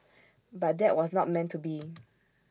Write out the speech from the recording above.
but that was not meant to be